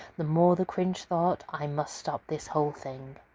the more the grinch thought, i must stop this whole thing!